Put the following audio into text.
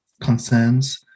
concerns